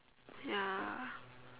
ya